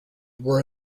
were